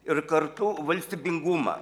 ir kartu valstybingumą